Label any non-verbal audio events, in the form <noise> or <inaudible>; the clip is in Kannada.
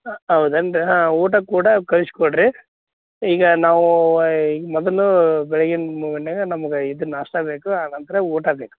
ಹೌದೇನ್ ರೀ ಹಾಂ ಊಟ ಕೂಡ ಕಳಿಸ್ಕೊಡ್ರಿ ಈಗ ನಾವು ವೈ ಮೊದಲು ಬೆಳಗಿನ <unintelligible> ನಮ್ಗೆ ಇದು ನಾಷ್ಟಾ ಬೇಕು ಆ ನಂತರ ಊಟ ಬೇಕು